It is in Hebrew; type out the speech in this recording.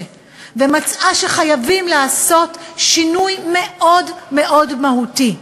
ומצאה שחייבים לעשות שינוי מאוד מאוד מהותי.